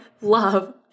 love